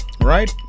Right